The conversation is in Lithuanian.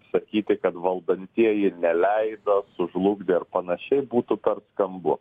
sakyti kad valdantieji neleido sužlugdė ar panašiai būtų per skambu